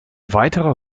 weiterer